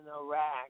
Iraq